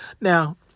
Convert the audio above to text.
Now